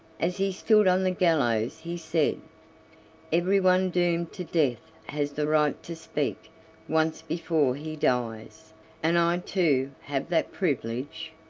as he stood on the gallows he said every one doomed to death has the right to speak once before he dies and i too have that privilege?